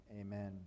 Amen